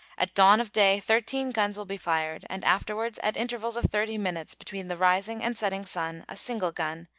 at dawn of day thirteen guns will be fired, and afterwards at intervals of thirty minutes between the rising and setting sun a single gun,